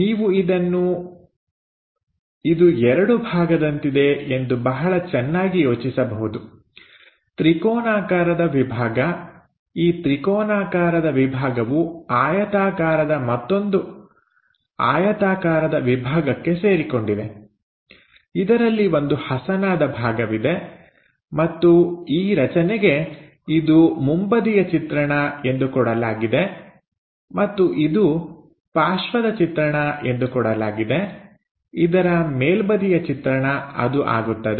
ನೀವು ಇದನ್ನು ಇದು ಎರಡು ಭಾಗದಂತಿದೆ ಎಂದು ಬಹಳ ಚೆನ್ನಾಗಿ ಯೋಚಿಸಬಹುದು ತ್ರಿಕೋನಾಕಾರದ ವಿಭಾಗ ಈ ತ್ರಿಕೋನಾಕಾರದ ವಿಭಾಗವು ಆಯತಾಕಾರದ ಮತ್ತೊಂದು ಆಯತಾಕಾರದ ವಿಭಾಗಕ್ಕೆ ಸೇರಿಕೊಂಡಿದೆ ಇದರಲ್ಲಿ ಒಂದು ಹಸನಾದ ಭಾಗವಿದೆ ಮತ್ತು ಈ ರಚನೆಗೆ ಇದು ಮುಂಬದಿಯ ಚಿತ್ರಣ ಎಂದು ಕೊಡಲಾಗಿದೆ ಮತ್ತು ಇದು ಪಾರ್ಶ್ವದ ಚಿತ್ರಣ ಎಂದು ಕೊಡಲಾಗಿದೆ ಇದರ ಮೇಲ್ಬದಿಯ ಚಿತ್ರಣ ಅದು ಆಗುತ್ತದೆ